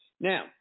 Now